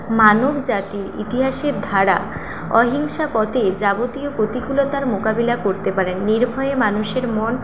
মানবজাতি ইতিহাসের ধারা অহিংসা পথে যাবতীয় প্রতিকূলতার মোকাবিলা করতে পারেন নির্ভয়ে মানুষের মন